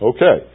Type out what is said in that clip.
Okay